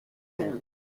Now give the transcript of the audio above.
moon